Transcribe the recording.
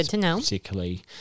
particularly